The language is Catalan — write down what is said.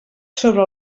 sobre